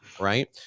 right